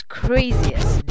craziest